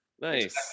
nice